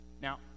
Now